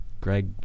Greg